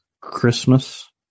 Christmas